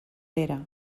pere